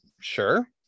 Sure